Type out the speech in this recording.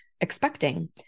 expecting